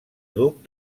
duc